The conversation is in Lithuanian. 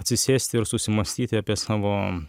atsisėsti ir susimąstyti apie savo